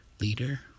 leader